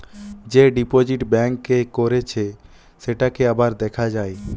যে deposit bank এ করেছে সেটাকে আবার দেখা যায়